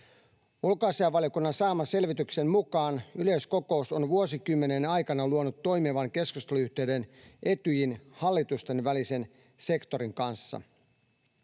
Ulkoasiainvaliokunnan saaman selvityksen mukaan yleiskokous on vuosikymmenien aikana luonut toimivan keskusteluyhteyden Etyjin hallitustenvälisen sektorin kanssa.